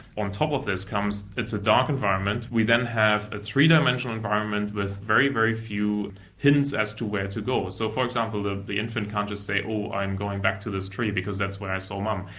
on top of this comes. it's a dark environment. we then have a three-dimensional environment with very, very few hints as to where to go. so, for example, the the infant can't just say i'm going back to this tree because that's where i saw mum.